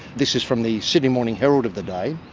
this is from the sydney morning herald of the day,